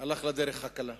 הלך בדרך הקלה,